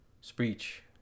speech